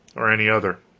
or any other.